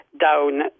down